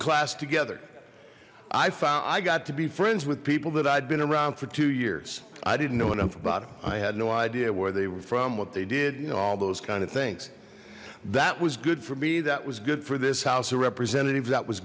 class together i found i got to be friends with people that i'd been around for two years i didn't know enough about him i had no idea where they were from what they did you know all those kind of things that was good for me that was good for this house of representatives that was